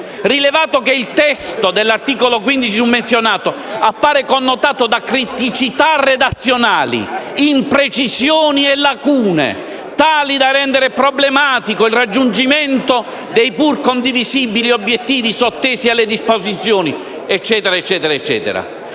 rilevato che il testo dell'articolo 15 summenzionato appare connotato da criticità redazionali, imprecisioni e lacune, tali da rendere problematico il raggiungimento dei pur condivisibili obiettivi sottesi alle disposizioni e da far supporre